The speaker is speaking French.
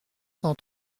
cent